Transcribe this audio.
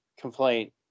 complaint